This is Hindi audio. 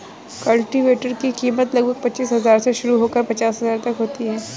कल्टीवेटर की कीमत लगभग पचीस हजार से शुरू होकर पचास हजार तक होती है